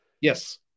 Yes